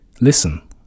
Listen